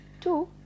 two